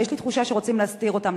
יש לי תחושה שרוצים להסתיר אותם,